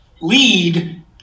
lead